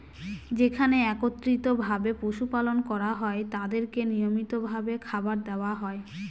যেখানে একত্রিত ভাবে পশু পালন করা হয় তাদেরকে নিয়মিত ভাবে খাবার দেওয়া হয়